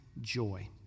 joy